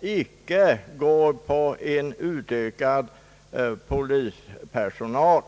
inte gå in för att utöka polispersonalen?